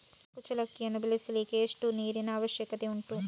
ಕುಚ್ಚಲಕ್ಕಿಯನ್ನು ಬೆಳೆಸಲಿಕ್ಕೆ ಎಷ್ಟು ನೀರಿನ ಅವಶ್ಯಕತೆ ಉಂಟು?